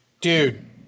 Dude